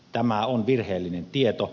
tämä on virheellinen tieto